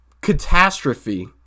catastrophe